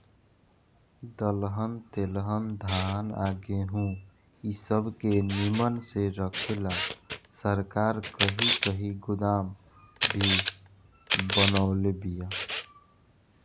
दलहन तेलहन धान आ गेहूँ इ सब के निमन से रखे ला सरकार कही कही गोदाम भी बनवले बिया